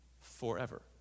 forever